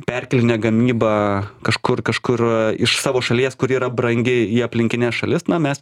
perkelia gamybą kažkur kažkur iš savo šalies kuri yra brangi į aplinkines šalis na mes